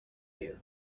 you